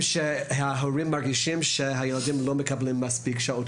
ההורים מרגישים שהילדים לא מקבלים מספיק שעות